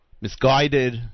misguided